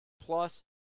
plus